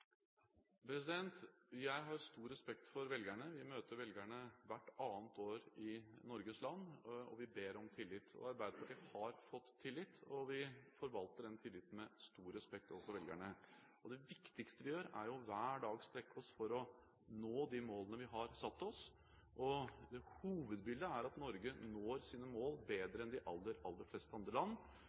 Jeg har stor respekt for velgerne. Vi møter velgerne hvert annet år i Norges land, og vi ber om tillit. Arbeiderpartiet har fått tillit, og vi forvalter den tilliten med stor respekt overfor velgerne. Det viktigste vi gjør, er hver dag å strekke oss for å nå de målene vi har satt oss. Hovedbildet er at Norge når sine mål bedre enn de aller, aller fleste andre land,